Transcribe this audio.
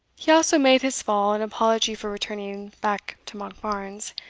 he also made his fall an apology for returning back to monkbarns,